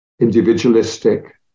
individualistic